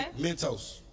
Mentos